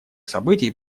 событий